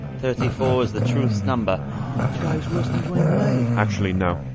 thirty four is the truth's number the guy who's worse than dwyane wade! actually, no.